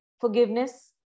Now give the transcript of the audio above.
forgiveness